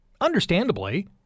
understandably